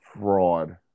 fraud